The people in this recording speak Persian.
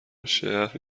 شهر